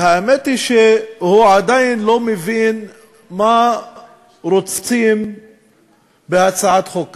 והאמת היא שהוא עדיין לא מבין מה רוצים בהצעת החוק הזו.